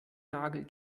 nagel